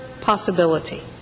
possibility